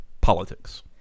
politics